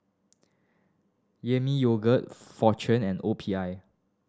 Yemi Yogurt Fortune and O P I